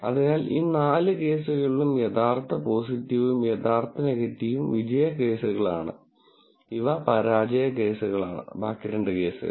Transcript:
അതിനാൽ ഈ നാല് കേസുകളിലും യഥാർത്ഥ പോസിറ്റീവും യഥാർത്ഥ നെഗറ്റീവും വിജയ കേസുകളാണ് ഇവ പരാജയ കേസുകളാണ് ബാക്കി രണ്ട് കേസുകൾ